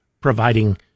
providing